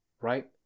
right